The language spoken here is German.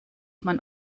man